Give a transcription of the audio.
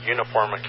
Uniform